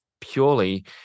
purely